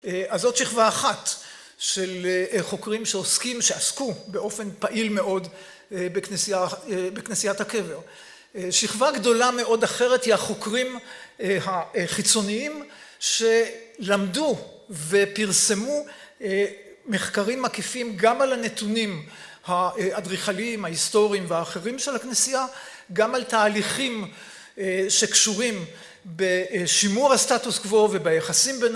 אז זאת שכבה אחת של חוקרים שעוסקים, שעסקו באופן פעיל מאוד בכנסיית הקבר. שכבה גדולה מאוד אחרת היא החוקרים החיצוניים שלמדו ופרסמו מחקרים מקיפים גם על הנתונים האדריכליים, ההיסטוריים ואחרים של הכנסייה, גם על תהליכים שקשורים בשימור הסטטוס קוו וביחסים בין..